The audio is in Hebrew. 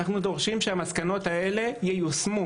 ואנחנו דורשים שהמסקנות האלה ייושמו.